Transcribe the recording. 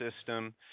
system